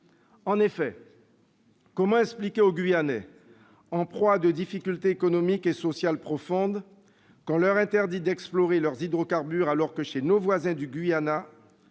En effet, comment expliquer aux Guyanais, en proie à des difficultés économiques et sociales profondes, qu'on leur interdit d'explorer leurs hydrocarbures, alors que chez nos voisins du Guyana,